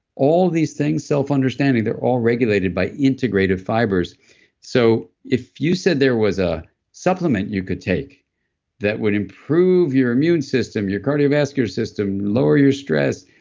all these things, selfunderstanding, they're all regulated by integrative fibers so if you said there was a supplement you could take that would improve your immune system, your cardiovascular system, lower your stress,